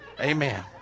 Amen